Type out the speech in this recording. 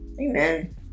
Amen